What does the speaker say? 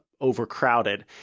overcrowded